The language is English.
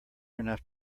enough